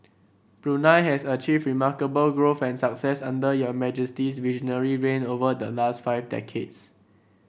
Brunei has achieved remarkable growth and success under your Majesty's visionary reign over the last five decades